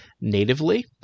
natively